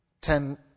ten